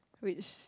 which